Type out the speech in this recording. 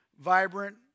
vibrant